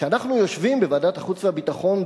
כשאנחנו יושבים בוועדת החוץ והביטחון,